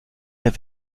mehr